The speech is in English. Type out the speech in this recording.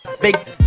big